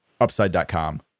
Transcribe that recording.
Upside.com